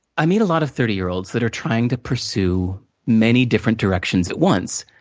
i meet a lot of thirty year olds that are trying to pursue many different directions at once,